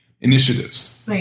initiatives